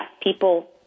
people